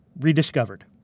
rediscovered